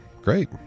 Great